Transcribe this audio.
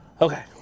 Okay